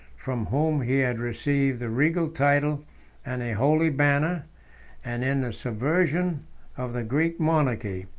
from whom he had received the regal title and a holy banner and in the subversion of the greek monarchy,